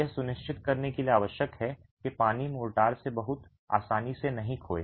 यह सुनिश्चित करने के लिए आवश्यक है कि पानी मोर्टार से बहुत आसानी से नहीं खोए